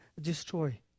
destroy